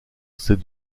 ces